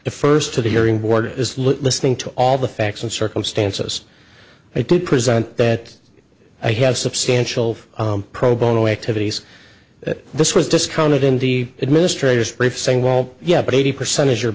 the first to the hearing board is listening to all the facts and circumstances i do present that i have substantial pro bono activities that this was discounted in the administrators brief saying well yeah but eighty percent is your